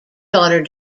daughter